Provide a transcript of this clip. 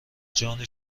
جان